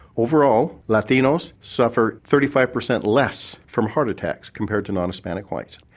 overall latinos suffer thirty five per cent less from heart attacks compared to non-hispanic whites